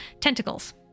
tentacles